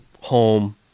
home